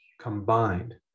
combined